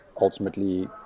ultimately